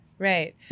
Right